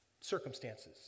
circumstances